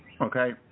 Okay